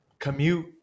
commute